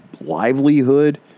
livelihood